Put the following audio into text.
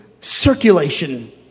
circulation